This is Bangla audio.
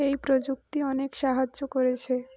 এই প্রযুক্তি অনেক সাহায্য করেছে